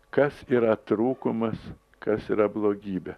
kas yra trūkumas kas yra blogybė